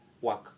work